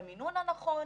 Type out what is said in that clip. במינון הנכון,